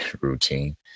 routine